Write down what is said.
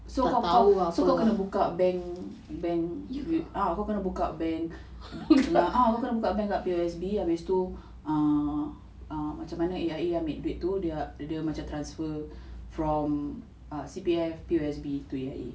so kau kena buka bank bank ah kau kena buka bank a'ah kau kena buka bank kat P_O_S_B habis tu err err macam mana A_I_A ambil duit tu dia dia macam transfer from C_P_F P_O_S_B to A_I_A